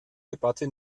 debatte